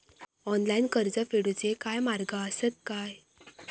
Online कर्ज फेडूचे काय मार्ग आसत काय?